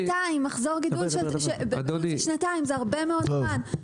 מחזור גידול אורך שנתיים; זה הרבה מאוד זמן.